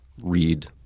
read –